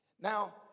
Now